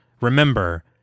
Remember